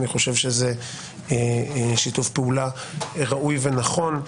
אני חושב שזה שיתוף פעולה ראוי ונכון.